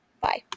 Bye